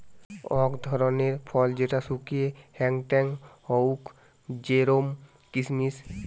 অক ধরণের ফল যেটা শুকিয়ে হেংটেং হউক জেরোম কিসমিস